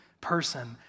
person